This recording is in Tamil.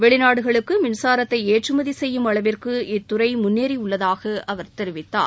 வெளிநாடுகளுக்கு மின்சாரத்தை ஏற்றுமதி செய்யும் அளவிற்கு இத்துறை முன்னேறி உள்ளதாக அவர் தெரிவித்தார்